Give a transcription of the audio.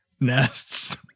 nests